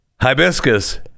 Hibiscus